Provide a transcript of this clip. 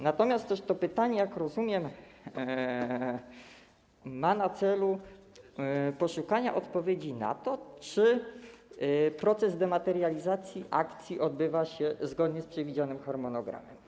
Natomiast to pytanie, jak rozumiem, ma na celu poszukanie odpowiedzi dotyczącej tego, czy proces dematerializacji akcji odbywa się zgodnie z przewidzianym harmonogramem.